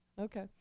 Okay